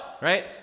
right